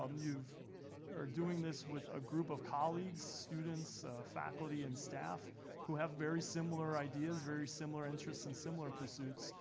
um you are doing this with a group of colleagues, students, faculty and staff who have very similar idea, very similar interests and similar pursuits.